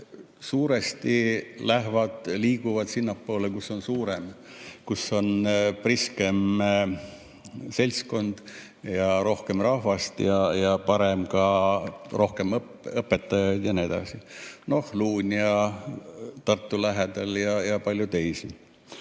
suuresti liiguvad sinnapoole, kus on suurem kool, kus on priskem seltskond ja rohkem rahvast ja parem ka, rohkem õpetajaid ja nii edasi. Noh, Luunja Tartu lähedal ja palju teisi.